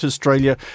Australia